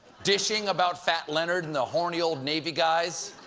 dishing about fat leonard and the horny old navy guys.